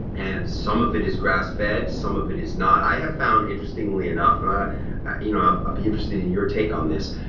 and some of it is grass fed some of it is not. i have found interestingly enough and i'd you know be interested in your take on this,